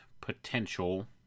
potential